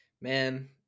Man